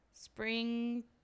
spring